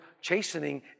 chastening